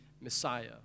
Messiah